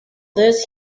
this